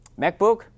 MacBook